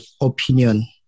opinion